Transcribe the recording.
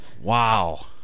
Wow